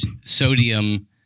sodium